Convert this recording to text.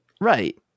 Right